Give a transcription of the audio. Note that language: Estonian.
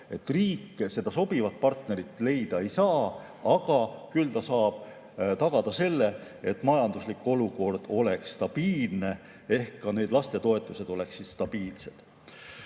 Riik seda sobivat partnerit leida ei saa, küll aga saab tagada selle, et majanduslik olukord oleks stabiilne ehk ka need lastetoetused oleksid stabiilsed.